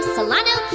Solano